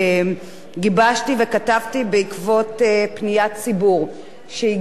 פניית ציבור שהגיעה אלי מלוחם בצנחנים,